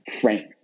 frame